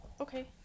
okay